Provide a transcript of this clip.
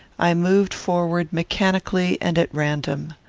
i moved forward mechanically and at random.